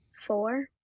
four